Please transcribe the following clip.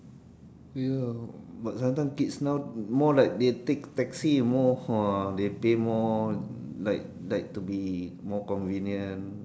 ya but last time kids now more like they take taxi and more !whoa! they be more like like to be more convenient